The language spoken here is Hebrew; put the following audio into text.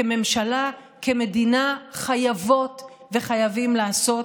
כממשלה, כמדינה, חייבות וחייבים לעשות